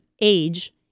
age